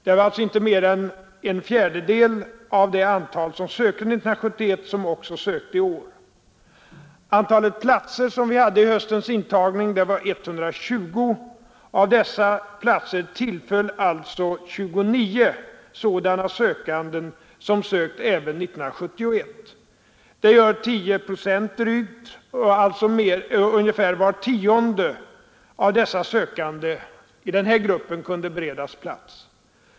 Det var alltså inte mer än en fjärdedel av det antal som sökt 1971 som också sökte i år. Antalet platser vid höstens intagning var 120. Av dessa platser tillföll alltså 29 sådana som sökt även 1971. Det innebär att drygt 10 procent eller ungefär var tionde av de sökande i den här gruppen kunde beredas plats.